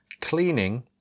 cleaning